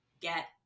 get